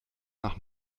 nach